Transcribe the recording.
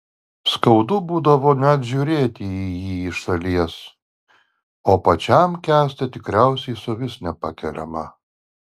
skaudu būdavo net žiūrėti į jį iš šalies o pačiam kęsti tikriausiai suvis nepakeliama